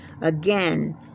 again